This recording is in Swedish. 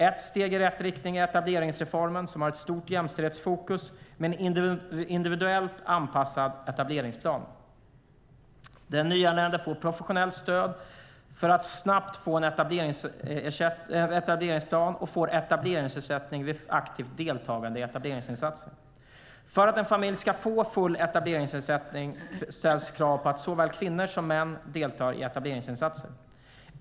Ett steg i rätt riktning är etableringsreformen som har ett stort jämställdhetsfokus med en individuellt anpassad etableringsplan. Den nyanlände får professionellt stöd för att snabbt få en etableringsplan och får etableringsersättning vid aktivt deltagande i etableringsinsatser. För att en familj ska få full etableringsersättning ställs krav på att såväl kvinnor som män deltar i etableringsinsatser.